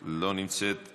לא לבכות.